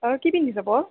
অ কি পিন্ধি যাব